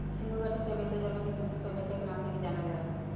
सिंधु घाटी सभ्यता जवना के सिंधु सभ्यता के नाम से भी जानल जाला